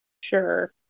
Sure